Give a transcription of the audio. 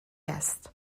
است